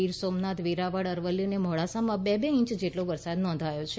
ગીર સોમનાથ વેરાવળ અરવલ્લી અને મોડાસામાં બે બે ઇંચ જટેલો વરસાદ નોંધાયો છે